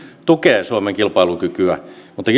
tukee suomen kilpailukykyä mutta